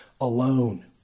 alone